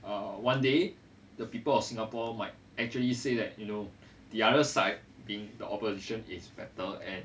uh one day the people of singapore might actually say that you know the other side being the opposition is better at